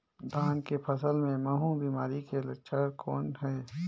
धान के फसल मे महू बिमारी के लक्षण कौन हे?